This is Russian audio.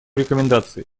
рекомендации